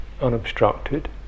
unobstructed